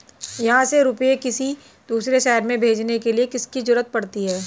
यहाँ से रुपये किसी दूसरे शहर में भेजने के लिए किसकी जरूरत पड़ती है?